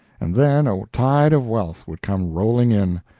and then a tide of wealth would come rolling in.